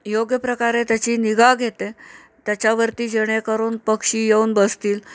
योग्य प्रकारे त्याची निगा घेते त्याच्यावरती जेणेकरून पक्षी येऊन बसतील